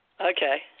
Okay